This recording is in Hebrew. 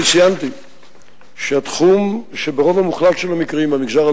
שהם נתקלים בחסם הזה.